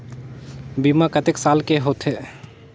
बीमा कतेक साल के होथे?